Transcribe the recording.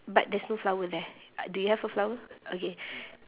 but there's no flower there uh do you have a flower okay